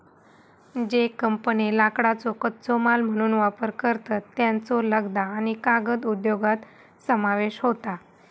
ज्ये कंपन्ये लाकडाचो कच्चो माल म्हणून वापर करतत, त्येंचो लगदा आणि कागद उद्योगात समावेश होता